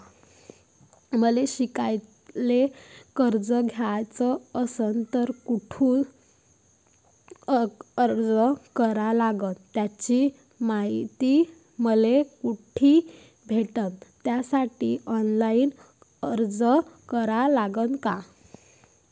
मले शिकायले कर्ज घ्याच असन तर कुठ अर्ज करा लागन त्याची मायती मले कुठी भेटन त्यासाठी ऑनलाईन अर्ज करा लागन का?